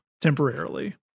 temporarily